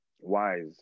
wise